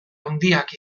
handiak